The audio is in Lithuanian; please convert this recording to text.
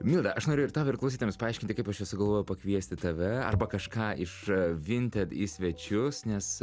mile aš noriu ir tau ir klausytojams paaiškinti kaip aš čia sugalvojau pakviesti tave arba kažką iš vinted į svečius nes